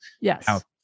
Yes